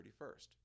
31st